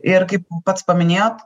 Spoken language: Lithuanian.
ir kaip pats paminėjot